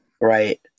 Right